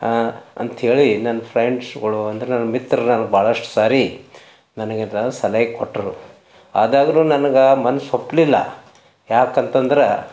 ಅಂಥೇಳಿ ನನ್ನ ಫ್ರೆಂಡ್ಸ್ಗಳು ಅಂದ್ರೆ ನನ್ನ ಮಿತ್ರರು ನನಗೆ ಬಹಳಷ್ಟು ಸಾರಿ ನನಗೆ ಸಲಹೆ ಕೊಟ್ಟರು ಅದಾದರೂ ನನ್ಗೆ ಮನಸ್ಸು ಒಪ್ಪಲಿಲ್ಲ ಯಾಕಂತಂದ್ರೆ